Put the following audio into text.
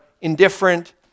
indifferent